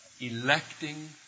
electing